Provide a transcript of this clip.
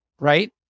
right